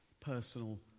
Personal